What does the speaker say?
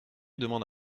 demande